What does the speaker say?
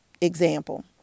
example